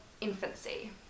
infancy